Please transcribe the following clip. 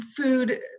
food